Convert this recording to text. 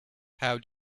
how